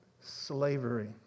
slavery